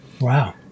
Wow